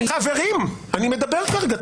חברים, אני מדבר כרגע.